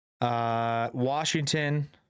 Washington